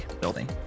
building